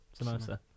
samosa